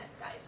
guys